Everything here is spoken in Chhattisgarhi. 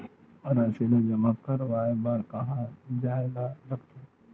राशि ला जमा करवाय बर कहां जाए ला लगथे